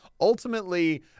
ultimately